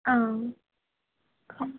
ఆ